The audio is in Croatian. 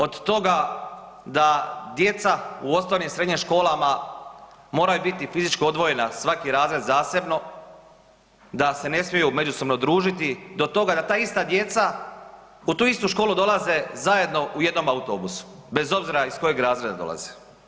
Od toga da djeca u osnovnim i srednjim školama moraju biti fizički odvojena, svaki razred zasebno, da se ne smiju međusobno družiti, do toga da ta ista djeca, u tu istu školu dolaze zajedno u jednom autobusu, bez obzira iz kojeg razreda dolaze.